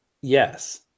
yes